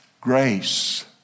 Grace